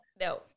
No